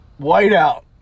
whiteout